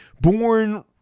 born